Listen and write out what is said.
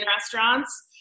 restaurants